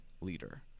leader